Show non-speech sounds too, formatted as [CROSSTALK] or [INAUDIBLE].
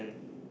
[BREATH]